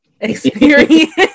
experience